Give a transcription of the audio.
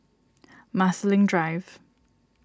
Marsiling Drive